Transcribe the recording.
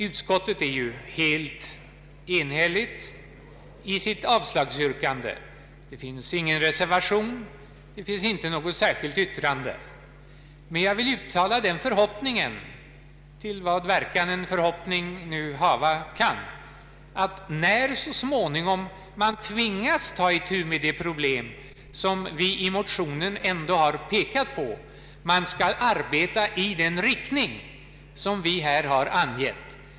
Utskottet är ju helt enigt i sitt avslagsyrkande. Det finns ingen reservation och det finns inte något särskilt yrkande. Jag vill emellertid uttala den förhoppningen — till vad verkan en förhoppning hava kan — att när man så småningom tvingas ta itu med de problem som vi pekat på i motionerna man skall arbeta i den riktning som vi har angett.